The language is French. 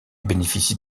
bénéficie